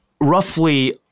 roughly